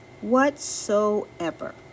whatsoever